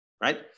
right